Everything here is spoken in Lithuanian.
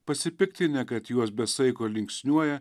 pasipiktinę kad juos be saiko linksniuoja